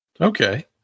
Okay